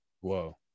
Whoa